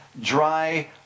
dry